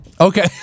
Okay